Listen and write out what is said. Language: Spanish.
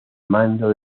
mando